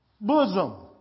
Bosom